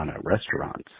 Restaurants